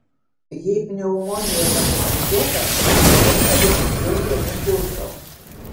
jei pneumonija nekomplikuota pakanka dešimties dienų kurso